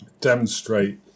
demonstrate